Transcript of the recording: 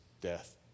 death